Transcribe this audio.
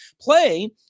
play